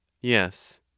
Yes